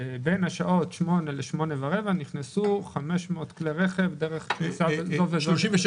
בין השעות 8:00 8:15 נכנסו 500 כלי רכב דרך כניסה מסוימת.